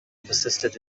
persisted